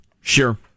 sure